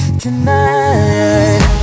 tonight